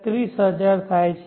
30000 થાય છે